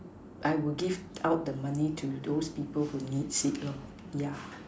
I will give out the money to those people who needs it lor yeah